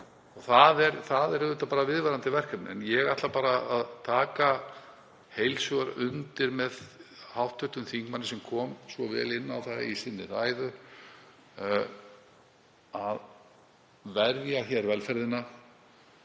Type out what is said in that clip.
Það er auðvitað viðvarandi verkefni. En ég ætla bara að taka heils hugar undir með hv. þingmanni sem kom svo vel inn á það í sinni ræðu að verja velferðina,